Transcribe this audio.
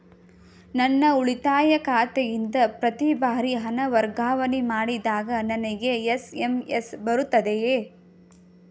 ನನ್ನ ಉಳಿತಾಯ ಖಾತೆಯಿಂದ ಪ್ರತಿ ಬಾರಿ ಹಣ ವರ್ಗಾವಣೆ ಮಾಡಿದಾಗ ನನಗೆ ಎಸ್.ಎಂ.ಎಸ್ ಬರುತ್ತದೆಯೇ?